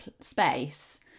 space